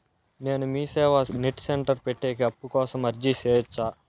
నేను MeeSeva net centre పెట్టేకి అప్పు కోసం అర్జీ సేయొచ్చా?